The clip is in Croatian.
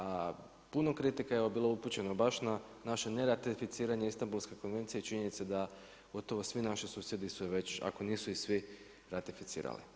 A puno kritika je bilo upućeno evo baš na naše neratificiranje Istambulske konvencije i činjenica je da gotovo svi naši susjedi su je već ako nisu i svi ratificirali.